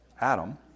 Adam